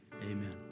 Amen